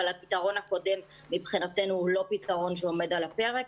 הפתרון הקודם מבחינתנו הוא לא פתרון שעומד על הפרק.